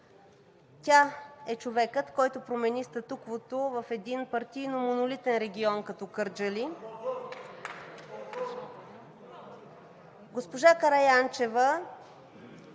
Тя е човекът, който промени статуквото в един партийно монолитен регион като Кърджали. (Реплика